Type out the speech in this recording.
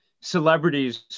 celebrities